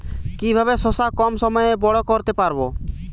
কিভাবে শশা কম সময়ে বড় করতে পারব?